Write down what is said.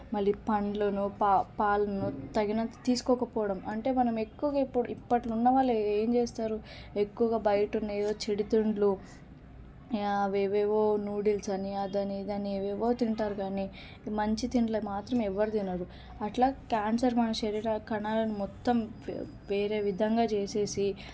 మళ్ళీ పండ్లను పా పాలును తగినంత తీసుకోకపోవడం అంటే మనం ఎక్కువగా ఇప్పుడు ఇప్పట్లో ఉన్నవాళ్ళు ఏం చేస్తారు ఎక్కువగా బయటునేవో చెడు తిండ్లు అవేవేవో నూడిల్స్ అని అదని ఇదని ఏవేవో తింటారు కానీ మంచి తిండ్ల మాత్రం ఎవ్వరు తినరు అట్లా క్యాన్సర్ మన శరీరా కణాలను మొత్తం వేరే విధంగా చేసేసి